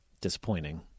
disappointing